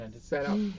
setup